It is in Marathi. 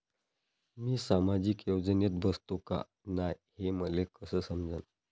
मी सामाजिक योजनेत बसतो का नाय, हे मले कस समजन?